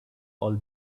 all